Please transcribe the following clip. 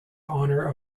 honour